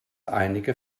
einige